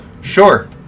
Sure